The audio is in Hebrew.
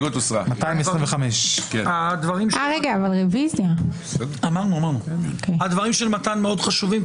225. הדברים של מתן חשובים מאוד.